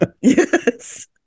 yes